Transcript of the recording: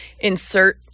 insert